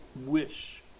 wish